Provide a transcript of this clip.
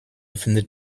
findet